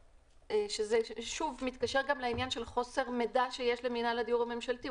שזה שוב מתקשר גם לעניין של חוסר מידע שיש למינהל הדיור הממשלתי,